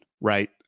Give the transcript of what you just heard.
right